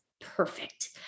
perfect